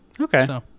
Okay